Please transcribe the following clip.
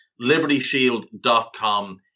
LibertyShield.com